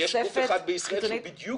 יש גוף אחד בישראל שבדיוק